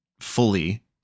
fully